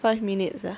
five minutes ah